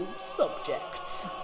subjects